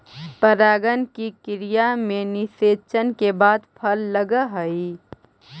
परागण की क्रिया में निषेचन के बाद फल लगअ हई